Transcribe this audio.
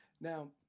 Now